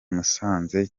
musanze